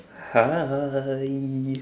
hi